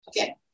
Okay